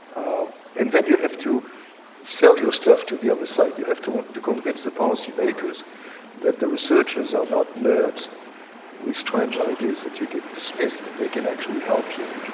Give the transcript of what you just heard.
and then you have to sell your stuff to the other side. you have to to convince the policy-makers that the researchers are not nerds with strange ideas that you can dismiss, but they can actually help you